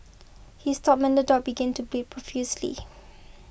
he stopped when the dog began to bleed profusely